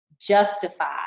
justify